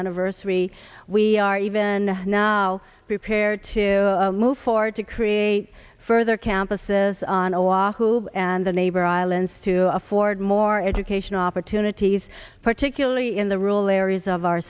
anniversary we are even now prepared to move forward to create further campuses on oahu and the neighbor islands to afford more educational opportunities particularly in the rule areas of our